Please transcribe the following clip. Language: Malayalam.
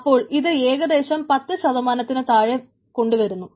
അപ്പോൾ ഇത് ഏകദേശം 10 നു താഴേക്ക് കൊണ്ടു വരുന്നു